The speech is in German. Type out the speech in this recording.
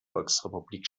volksrepublik